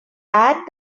add